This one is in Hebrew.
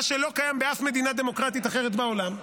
מה שלא קיים באף מדינה דמוקרטית אחרת בעולם,